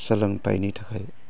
सोलोंथायनि थाखाय